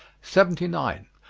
seventy nine.